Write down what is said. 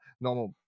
normal